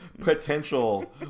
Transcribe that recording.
potential